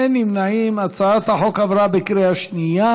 הצעת החוק עברה בקריאה שנייה.